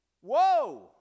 Whoa